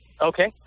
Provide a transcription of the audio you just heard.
okay